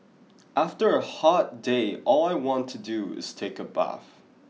after a hot day all I want to do is take a bath